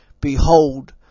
Behold